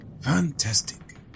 fantastic